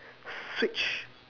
switch